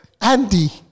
Andy